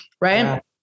right